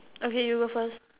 okay you go first